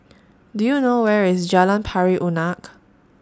Do YOU know Where IS Jalan Pari Unak